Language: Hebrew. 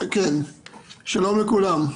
שלום לכולם.